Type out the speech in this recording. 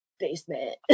basement